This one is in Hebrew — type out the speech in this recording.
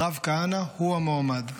הרב כהנא הוא המועמד.